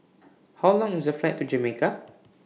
How Long IS The Flight to Jamaica